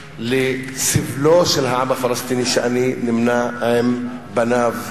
לסבלו של העם הפלסטיני שאני נמנה עם בניו.